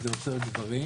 זה יותר גברים.